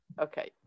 Okay